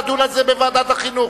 לדון על זה בוועדת החינוך.